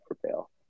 prevail